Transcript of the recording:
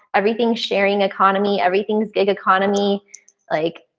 everything sharing economy. everything's big economy like,